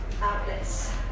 outlets